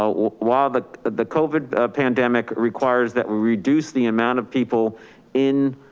so while the the covid pandemic requires that we reduce the amount of people in